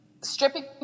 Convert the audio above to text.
stripping